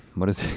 what is